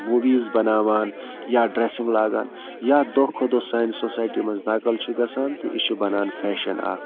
movies بَناوان یا dressing لاگان یا دۄہ کھۄتہٕ دۄہ سانہِ سوسایٹی منٛز نقل چھُ گژھان تہٕ یہِ چھُ بَنان فیشَن اَکھ